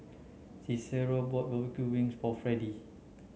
Cicero bought barbecue wings for Freddy